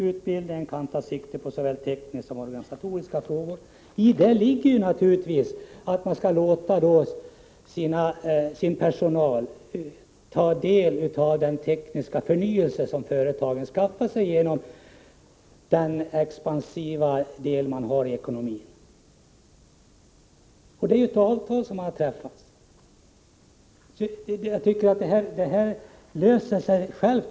Utbildningen kan ta sikte på såväl tekniska som organisatoriska frågor.” I detta ligger naturligtvis att företagen skall låta sin personal ta del av den tekniska förnyelse som företagen skaffar sig genom den expansiva delen i ekonomin. Ett avtal har alltså träffats. Det hela löser sig självt.